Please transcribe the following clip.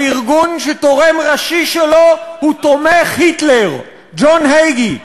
הארגון שתורם ראשי שלו הוא תומך היטלר ג'ון הייגי.